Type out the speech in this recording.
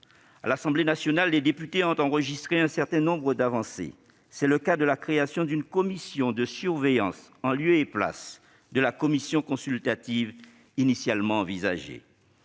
À l'Assemblée nationale, les députés ont enregistré un certain nombre d'avancées. C'est le cas de la création d'une commission de surveillance, en lieu et place de la commission consultative initialement envisagée,